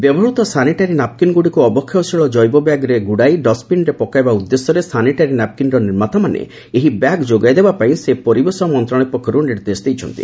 ବ୍ୟବହୃତ ସାନିଟାରୀ ନାପ୍କିନ୍ଗୁଡିକୁ ଅବକ୍ଷୟଶୀଳ କ୍ରିବ ବ୍ୟାଗରେ ଗୁଡାଇ ଡଷ୍ଟବିନ୍ରେ ପକାଇବା ଉଦ୍ଦେଶ୍ୟରେ ସାନିଟାରୀ ନାପ୍କିନ୍ର ନିର୍ମାତାମାନେ ଏହି ବ୍ୟାଗ୍ ଯୋଗାଇ ଦେବା ପାଇଁ ପରିବେଶମନ୍ତଣାଳୟ ପକ୍ଷରୁ ନିର୍ଦ୍ଦେଶ ଦିଆଯାଇଛି